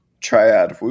Triad